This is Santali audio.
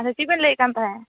ᱟᱪᱪᱷᱟ ᱪᱮᱫ ᱵᱤᱱ ᱞᱟ ᱭᱮᱫ ᱠᱟᱱ ᱛᱟᱦᱮᱸᱫ